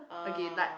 again like